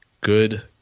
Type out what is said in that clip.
good